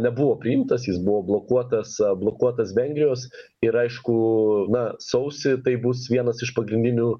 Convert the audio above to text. nebuvo priimtas jis buvo blokuotas blokuotas vengrijos ir aišku na sausį tai bus vienas iš pagrindinių